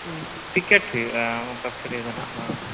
ticket ᱦᱩᱭᱩᱜᱼᱟ ᱚᱱᱠᱟ ᱯᱷᱨᱤᱫᱚ ᱱᱟᱦᱟᱜ ᱵᱟᱝ